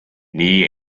nii